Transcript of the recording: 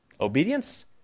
obedience